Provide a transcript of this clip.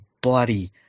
bloody